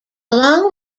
along